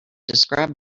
describe